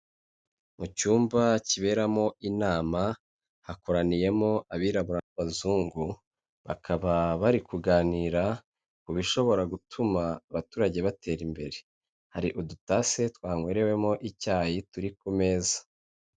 Mu cyumba kiberamo inama, hakoraniyemo abirabura n'abazungu, bakaba bari kuganira ku bishobora gutuma abaturage batera imbere, hari udutase twanywerewemo icyayi turi ku meza.